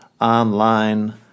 online